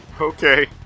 Okay